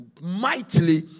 mightily